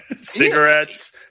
Cigarettes